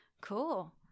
cool